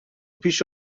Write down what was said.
پیش